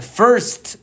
first